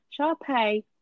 Sharpay